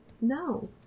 No